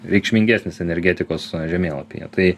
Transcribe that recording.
reikšmingesnis energetikos žemėlapyje tai